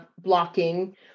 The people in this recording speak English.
blocking